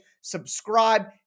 subscribe